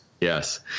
Yes